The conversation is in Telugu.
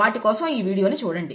వాటి కోసం ఈ వీడియోని చూడండి